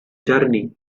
journey